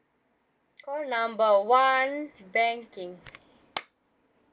call number one banking